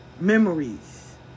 memories